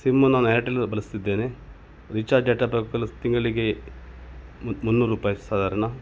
sim ನಾನು ಏರ್ಟೆಲ್ ಬಳಸ್ತಿದ್ದೇನೆ recharge data ಪ್ಯಾಕ್ಗಳ್ ತಿಂಗಳಿಗೆ ಮುನ್ನೂರು ರೂಪಾಯಿ ಸಾದಾರ್ಣ